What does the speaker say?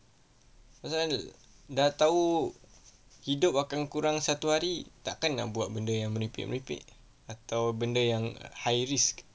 dah tahu hidup akan kurang satu hari tak kan nak buat benda yang merepek-merepek atau benda yang high risk